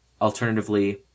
alternatively